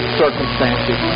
circumstances